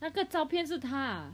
那个照片是她啊